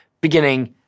beginning